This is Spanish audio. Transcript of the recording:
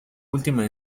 última